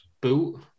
boot